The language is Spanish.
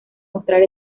mostrar